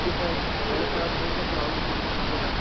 जी sir पहले sir आप बताइए सर नॉर्मल केक का कितने का है